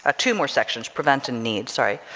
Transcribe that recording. ah two more sections prevent and need. sorry.